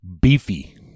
beefy